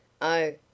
Oh